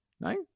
no